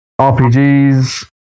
RPGs